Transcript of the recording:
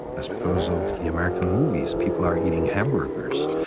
that's because of the american movies, people are eating hamburgers,